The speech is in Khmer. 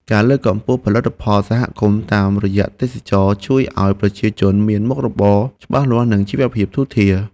ការលើកកម្ពស់ផលិតផលសហគមន៍តាមរយៈទេសចរណ៍ជួយឱ្យប្រជាជនមានមុខរបរច្បាស់លាស់និងជីវភាពធូរធារ។